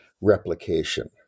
replication